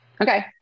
Okay